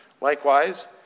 Likewise